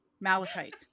Malachite